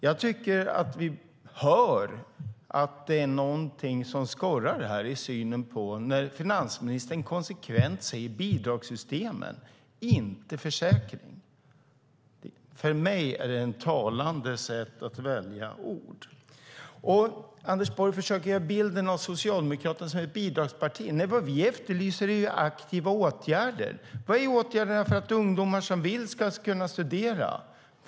Jag tycker att det är någonting som skorrar här när finansministern konsekvent talar om bidragssystem och inte om försäkring. För mig är det talande hur han väljer sina ord. Anders Borg försöker ge bilden av Socialdemokraterna som ett bidragsparti. Nej, vad vi efterlyser är aktiva åtgärder. Vad är åtgärderna för att ungdomar som vill ska kunna studera?